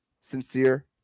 sincere